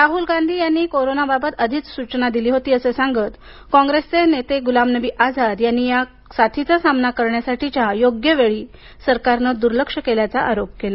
राहुल गांधी यांनी कोरोनाबाबत आधीच सूचना दिली होती असं सांगत कॉंग्रेसचे नेते गुलाम नबी आझाद यांनी या साथीचा सामना करण्यासाठीच्या योग्य वेळी सरकारने दुर्लक्ष केल्याचा आरोप केला